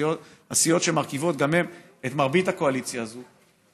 הסיעות שמרכיבות גם הן את מרבית הקואליציה הזאת,